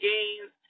Games